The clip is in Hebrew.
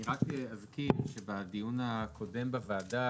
אני רק אזכיר שבדיון הקודם בוועדה,